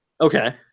Okay